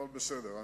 אבל בסדר,